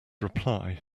reply